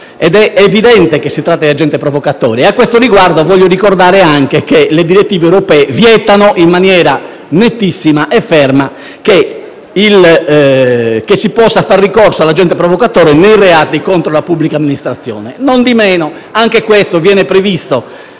è evidente che si tratta di agente provocatore. A questo riguardo, voglio ricordare anche che le direttive europee vietano in maniera nettissima e ferma che si possa far ricorso all'agente provocatore nei reati contro la pubblica amministrazione. Non di meno, anche questo viene previsto,